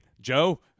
Joe